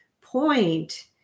point